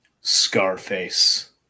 Scarface